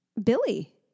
Billy